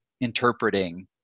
interpreting